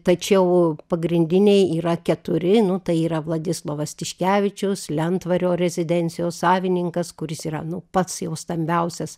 tačiau pagrindiniai yra keturi nu tai yra vladislovas tiškevičius lentvario rezidencijos savininkas kuris yra nu pats jau stambiausias